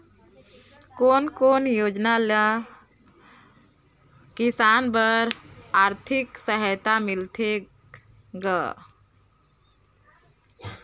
कोन कोन योजना ले किसान बर आरथिक सहायता मिलथे ग?